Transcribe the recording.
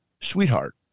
sweetheart